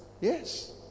Yes